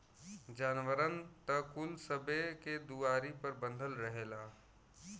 जानवरन त कुल सबे के दुआरी पर बँधल रहेला